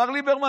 מר ליברמן?